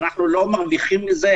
אנחנו לא מרוויחים מזה.